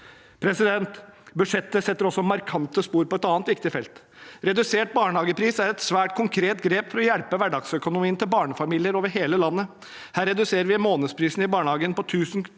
folk bor. Budsjettet setter også markante spor på et annet viktig felt. Redusert barnehagepris er et svært konkret grep for å hjelpe hverdagsøkonomien til barnefamilier over hele landet. Her reduserer vi månedsprisen i barnehagen til 2 000 kr for